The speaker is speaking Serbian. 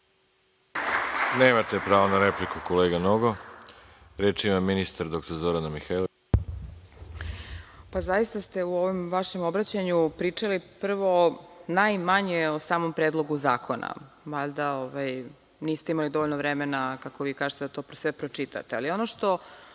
Nemate pravo na repliku, kolega Nogo. Reč ima ministar Zorana Mihajlović. **Zorana Mihajlović** Zaista ste u ovom vašem obraćanju pričali, prvo, najmanje o samom Predlogu zakona. Valjda niste imali dovoljno vremena, kako vi kažete, da to sve pročitate.